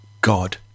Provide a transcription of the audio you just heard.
God